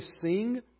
sing